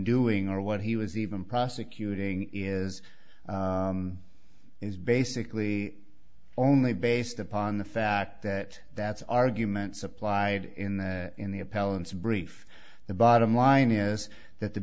doing or what he was even prosecuting is is basically only based upon the fact that that's argument supplied in the in the appellant's brief the bottom line is that the